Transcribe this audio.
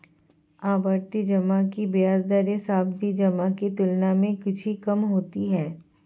आवर्ती जमा की ब्याज दरें सावधि जमा की तुलना में कुछ ही कम होती हैं